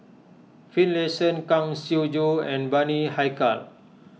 Finlayson Kang Siong Joo and Bani Haykal